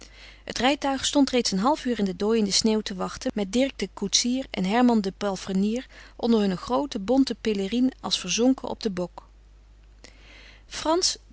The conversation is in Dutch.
het rijtuig stond reeds een half uur in de dooiende sneeuw te wachten met dirk den koetsier en herman den palfrenier onder hunne groote bonten pélérines als verzonken op den bok frans